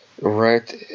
Right